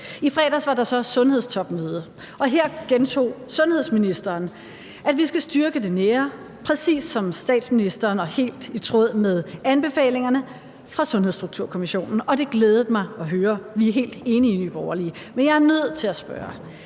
I fredags var der så sundhedstopmøde, og her gentog sundhedsministeren, at vi skal styrke det nære, præcis ligesom statsministeren og helt i tråd med anbefalingerne fra Sundhedsstrukturkommissionen, og det glædede mig at høre. Vi er helt enige i Nye Borgerlige. Men jeg er nødt til at spørge: